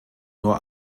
nur